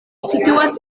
situas